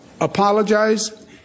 Apologize